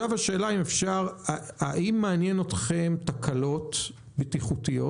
האם מעניינות אתכם תקלות בטיחותיות,